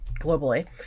globally